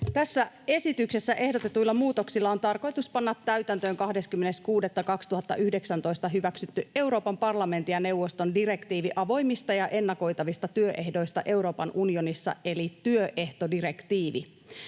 Tässä esityksessä ehdotetuilla muutoksilla on tarkoitus panna täytäntöön 20.6.2019 hyväksytty Euroopan parlamentin ja neuvoston direktiivi avoimista ja ennakoitavista työehdoista Euroopan unionissa eli työehtodirektiivi.